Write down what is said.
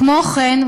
כמו כן,